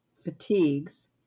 fatigues